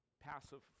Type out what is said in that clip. passive